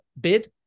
bid